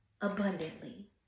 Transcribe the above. abundantly